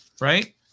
right